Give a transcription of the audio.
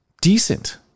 decent